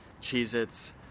Cheez-Its